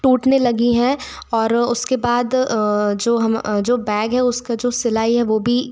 टूटने लगी है और उसके बाद जो हम जो बैग है उसका जो सिलाई है वह भी